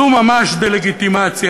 זו ממש דה-לגיטימציה,